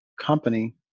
company